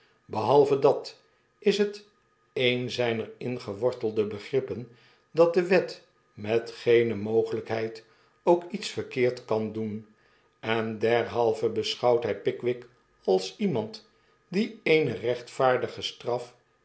behalve dat is het een zyneringewortelde begrippen dat de wet met geene mogelykheid ook iets verkeerd kan doen en derhalve beschouwt hy pickwick als iemand die eene rechtvaardige straf